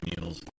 meals